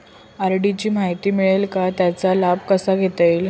RD ची माहिती मिळेल का, त्याचा लाभ कसा घेता येईल?